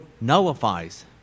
nullifies